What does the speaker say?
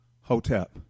Hotep